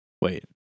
Wait